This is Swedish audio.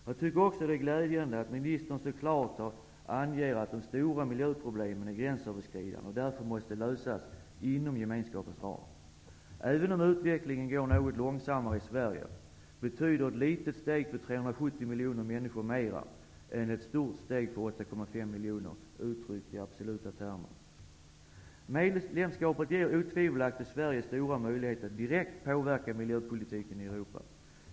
Jag tycker också att det är glädjande att ministern så klart anger att de stora miljöproblemen är gränsöverskridande och därför måste lösas inom Gemenskapens ram. Även om utvecklingen går något långsammare i Sverige, betyder ett litet steg för 370 miljoner människor mer än ett stort steg för 8,5 miljoner, uttryckt i absoluta termer. Medlemskapet ger otvivelaktigt Sverige stora möjligheter att direkt påverka miljöpolitiken i Europa.